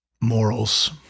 morals